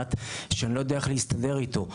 לאופיאט שאני לא יודע להסתדר איתו.